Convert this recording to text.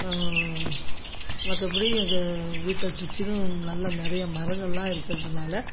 மற்றபடி எங்கள் வீட்டை சுற்றிலும் நல்ல நிறைய மரங்களாம் இருக்கிறதுனால